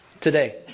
Today